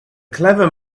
clever